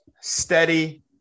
steady